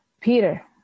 Peter